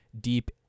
deep